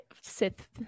sith